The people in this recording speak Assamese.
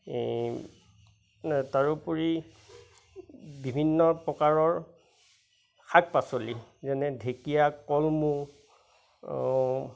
তাৰোপৰি বিভিন্ন প্ৰকাৰৰ শাক পাচলি যেনে ঢেকীয়া কলমৌ